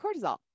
cortisol